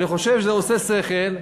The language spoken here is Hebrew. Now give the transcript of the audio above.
אני חושב שזה עושה שכל,